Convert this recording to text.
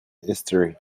history